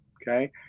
Okay